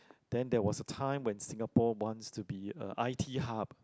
then there was a time when Singapore wants to be a I_T hub